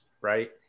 right